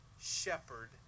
shepherd